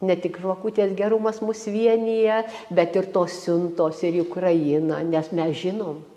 ne tik žvakutės gerumas mus vienija bet ir tos siuntos ir į ukrainą nes mes žinom